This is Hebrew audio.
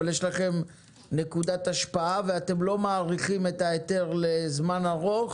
אבל יש לכם נקודת השפעה ואתם לא מאריכים את ההיתר לזמן ארוך